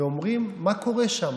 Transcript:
ואומרים: מה קורה שם?